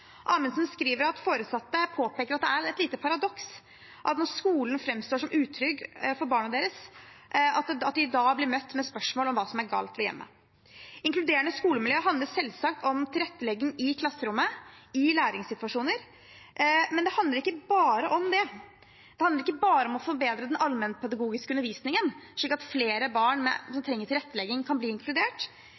Amundsen skriver at foresatte påpeker at det er et paradoks at når skolen framstår som utrygg for barna deres, blir de møtt med spørsmål om hva som er galt ved hjemmet. Inkluderende skolemiljø handler selvsagt om tilrettelegging i klasserommet, i læringssituasjoner, men det handler ikke bare om det. Det handler ikke bare om å forbedre den allmennpedagogiske undervisningen, slik at flere barn som trenger tilrettelegging, kan bli inkludert.